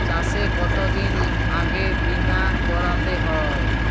চাষে কতদিন আগে বিমা করাতে হয়?